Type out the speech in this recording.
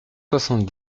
soixante